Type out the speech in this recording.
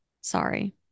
Sorry